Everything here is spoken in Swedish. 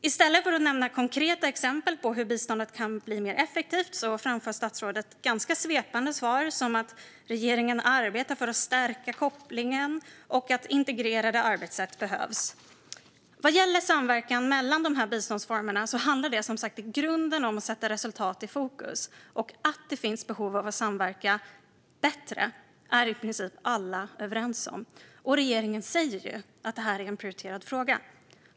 I stället för att nämna konkreta exempel på hur biståndet kan bli mer effektivt framför statsrådet ganska svepande svar som att "regeringen arbetar för att stärka kopplingen" och att "integrerade arbetssätt behövs". Vad gäller samverkan mellan de här biståndsformerna handlar det som sagt i grunden om att sätta resultat i fokus. Att det finns ett behov av att samverka bättre är i princip alla överens om, och regeringen säger ju att detta är en prioriterad fråga.